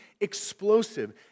explosive